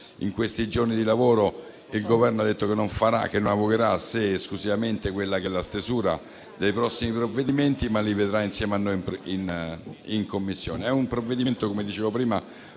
in questi giorni di lavoro, il Governo ha detto che non avocherà a sé esclusivamente la stesura dei prossimi provvedimenti, ma li vedrà insieme a noi in Commissione.